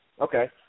Okay